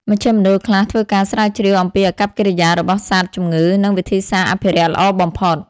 មជ្ឈមណ្ឌលខ្លះធ្វើការស្រាវជ្រាវអំពីអាកប្បកិរិយារបស់សត្វ ជំងឺ និងវិធីសាស្រ្តអភិរក្សល្អបំផុត។